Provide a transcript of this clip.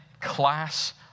class